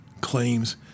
claims